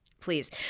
Please